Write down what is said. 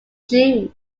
june